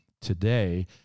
Today